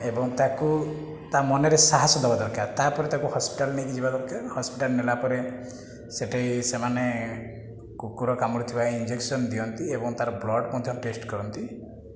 ଏବଂ ତାକୁ ତା ମନରେ ସାହସ ଦେବା ଦରକାର ତା'ପରେ ତାକୁ ହସ୍ପିଟାଲ ନେଇକି ଯିବା ଦରକାର ହସ୍ପିଟାଲ ନେଲା ପରେ ସେଠି ସେମାନେ କୁକୁର କାମୁଡ଼ିଥିବା ଇଞ୍ଜେକ୍ସନ ଦିଅନ୍ତି ଏବଂ ତାର ବ୍ଲଡ଼ ମଧ୍ୟ ଟେଷ୍ଟ କରନ୍ତି